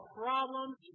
problems